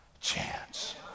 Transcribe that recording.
chance